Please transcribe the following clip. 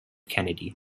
kennedy